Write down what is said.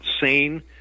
sane